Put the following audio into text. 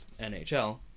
NHL